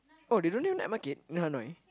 oh they don't have night market in Hanoi